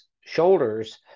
shoulders